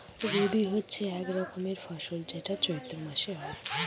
রবি হচ্ছে এক রকমের ফসল যেটা চৈত্র মাসে হয়